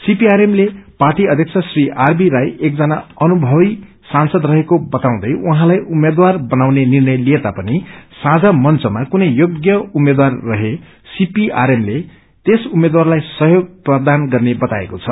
CPRM ले party अध्यक्ष Shri RB Rai एकजना अनुभवी सांसद रेको क्ताउँदै उहाँलाई उम्मेद्वार बनाउने निर्णय लिएता पनि साझा मंचमा कुनै योग्य उम्मेद्वार रहे सीपीआरएमले त्यस उम्मेद्वारलाईसहयोग प्रदन गर्ने बताएको छ